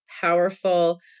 Powerful